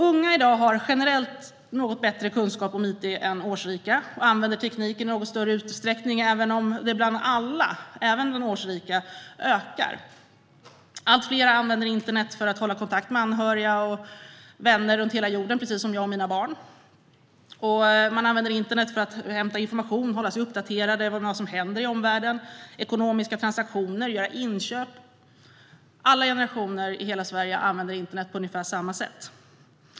Unga i dag har generellt något bättre kunskap om it än årsrika och använder tekniken i något större utsträckning, även om användningen ökar bland alla - även de årsrika. Allt fler använder internet för att hålla kontakt med anhöriga och vänner runt hela jorden, precis som jag och mina barn. Man använder internet för att hämta information, hålla sig uppdaterad om vad som händer i omvärlden, göra ekonomiska transaktioner och inköp. Alla generationer i hela Sverige använder internet på ungefär samma sätt.